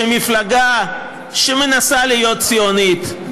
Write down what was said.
שמפלגה שמנסה להיות ציונית,